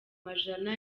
majana